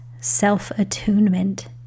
self-attunement